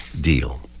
deal